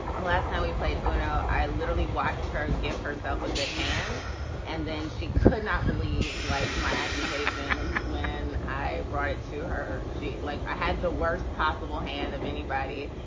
um last time we played ah no, i literally watched her give herself a good hand and then she could not believe, like my accusations when i brought it to her. she, like, i had the worst possible hand of anybody.